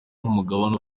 nk’umugabane